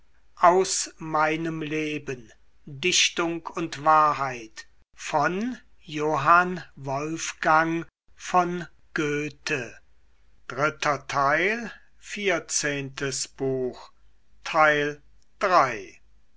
aus meinem leben dichtung und wahrheit